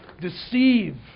deceive